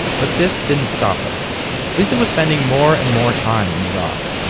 but this didn't stop her lisa was spending more and more time in iraq.